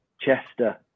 Chester